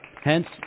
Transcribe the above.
Hence